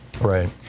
Right